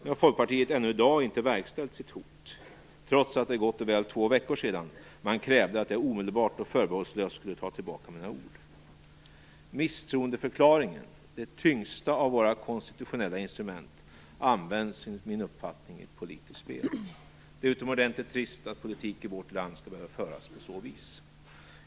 Nu har Folkpartiet ännu i dag inte verkställt sitt hot, trots att det är gott och väl två veckor sedan man krävde att jag omedelbart och förbehållslöst skulle ta tillbaka mina ord. Misstroendeförklaringen, det tyngsta av våra konstitutionella instrument, används enligt min uppfattning i ett politiskt spel. Det är utomordentligt trist att politik i vårt land skall behöva föras på så vis.